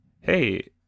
Hey